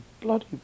bloody